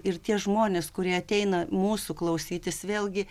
ir tie žmonės kurie ateina mūsų klausytis vėlgi